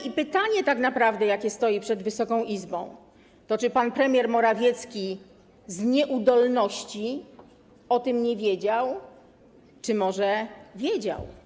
I pytanie, jakie tak naprawdę stoi przed Wysoką Izbą, to czy pan premier Morawiecki z nieudolności o tym nie wiedział, czy może wiedział.